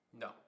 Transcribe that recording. No